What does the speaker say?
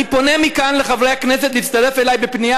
אני פונה מכאן לחברי הכנסת להצטרף אלי בפנייה